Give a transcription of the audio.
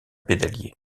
pédalier